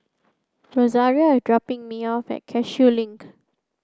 Rosario is dropping me off at Cashew Link